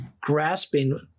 grasping